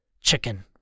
Chicken